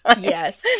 yes